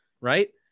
right